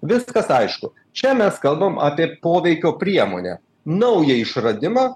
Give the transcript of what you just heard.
viskas aišku čia mes kalbam apie poveikio priemonę naują išradimą